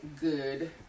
good